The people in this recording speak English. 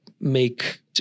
make